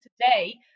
today